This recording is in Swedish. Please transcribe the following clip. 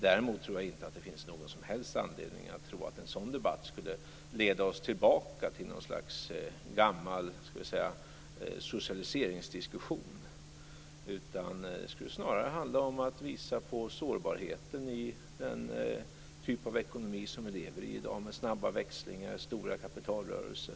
Däremot tror jag inte att det finns någon som helst anledning att tro att en sådan debatt skulle leda oss tillbaka till något slags gammal socialiseringsdiskussion. Den skulle snarare handla om att visa på sårbarheten i den typ av ekonomi som vi i dag lever i, med snabba växlingar och stora kapitalrörelser.